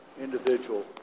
individual